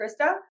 Krista